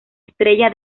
estrella